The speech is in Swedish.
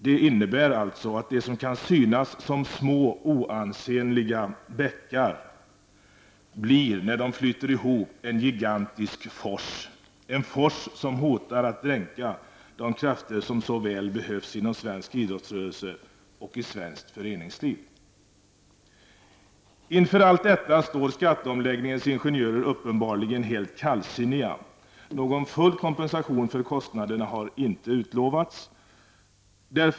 Det som kan synas som små oansenliga bäckar blir, när de flyter ihop, en gigantisk fors, en fors som hotar att dränka de krafter som så väl behövs inom svensk idrottsrörelse och i svenskt föreningsliv. Inför allt detta står skatteomläggningens ingenjörer uppenbarligen helt kallsinniga. Någon full kompensation för kostnaderna har inte utlovats.